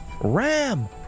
ram